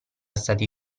stati